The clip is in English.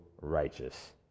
righteous